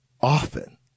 Often